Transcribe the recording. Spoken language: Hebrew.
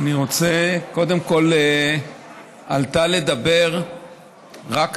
קודם כול, עלתה לדבר רק אחת,